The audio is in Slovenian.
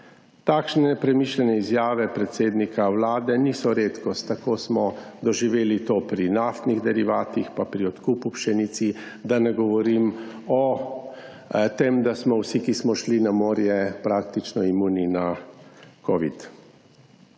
Takšne nepremišljene izjave predsednika Vlade niso redkost, tako smo doživeli to pri naftnih derivatih pa pri odkupu pšenice, da ne govorim o tem, da smo vsi, ki smo šli na morje, praktično imuni na covid.